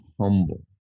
humble